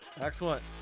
Excellent